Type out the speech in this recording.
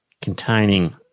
containing